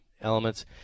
elements